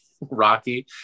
Rocky